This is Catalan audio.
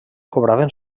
cobraven